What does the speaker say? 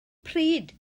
pryd